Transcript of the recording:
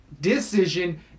Decision